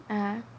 ah